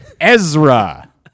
Ezra